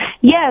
Yes